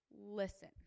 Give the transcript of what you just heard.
listen